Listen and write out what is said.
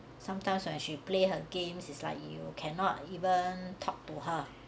sometimes when she play her games is like you cannot even talk to her